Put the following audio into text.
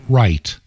right